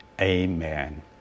amen